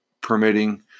permitting